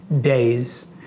days